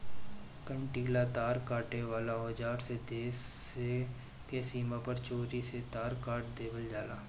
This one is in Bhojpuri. कंटीला तार काटे वाला औज़ार से देश स के सीमा पर चोरी से तार काट देवेल जाला